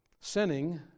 Sinning